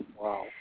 Wow